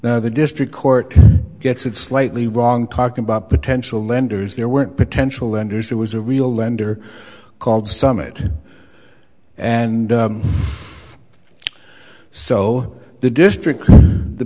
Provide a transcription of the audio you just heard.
now the district court gets it slightly wrong talking about potential lenders there weren't potential lenders there was a real lender called summit and so the district the